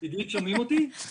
שירותי בריאות.